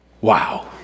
Wow